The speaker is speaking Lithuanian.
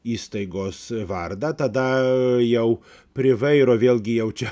įstaigos vardą tadaa jau prie vairo vėlgi jau čia